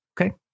Okay